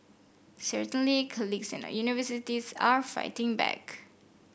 certainly colleges and universities are fighting back